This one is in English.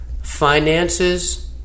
finances